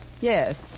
yes